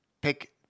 Pick